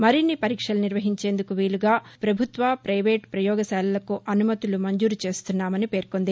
మరిన్ని పరీక్షలు నిర్వహించేందుకు వీలుగా పభుత్వ పైవేటు ప్రపయోగశాలలకు అనుమతులు మంజూరు చేస్తున్నామని పేర్కొంది